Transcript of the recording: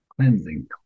cleansing